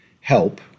help